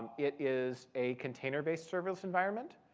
it is a container-based serverless environment.